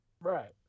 Right